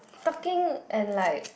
talking and like